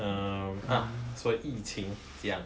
um ah 所以 yiqing 讲